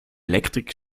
elektrik